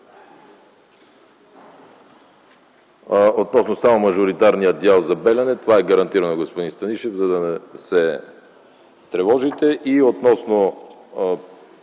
Относно мажоритарния дял за „Белене”, това е гарантирано, господин Станишев, за да не се тревожите. Относно